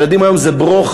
ילדים היום זה ברוֹך,